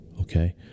Okay